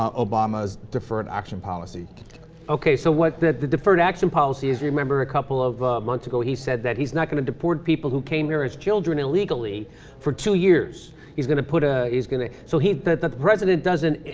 ah obama's deferred action policy okay so what that the deferred action policies remember a couple of ah. months ago he said that he's not gonna deport people who came there as children illegally for two years is going to put a is getting so he'd that that the president doesn't